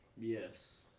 yes